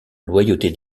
loyauté